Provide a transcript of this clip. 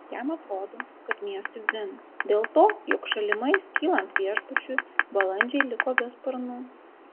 jam atrodo kad miestui dzin dėl to jog šalimais kylant viešbučiui balandžiai liko be sparnų